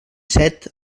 set